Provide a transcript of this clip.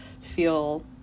feel